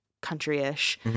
country-ish